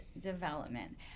Development